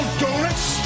donuts